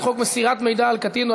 44 תומכים,